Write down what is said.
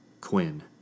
Quinn